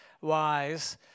wise